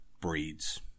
breeds